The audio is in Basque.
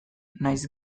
nahiz